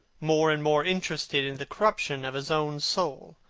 more and more interested in the corruption of his own soul.